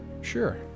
Sure